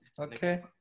okay